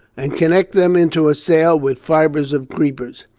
and connect them into a sail with fibres of creepers.